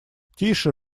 тише